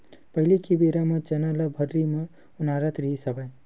पहिली के बेरा म चना ल भर्री म ओनारत रिहिस हवय